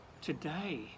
today